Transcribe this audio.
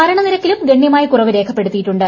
മരണനിരക്കിലും ഗണ്യമായ കുറവ് രേഖപ്പെടുത്തിയിട്ടുണ്ട്